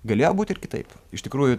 galėjo būti ir kitaip iš tikrųjų